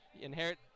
inherit